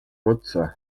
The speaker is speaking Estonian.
otsa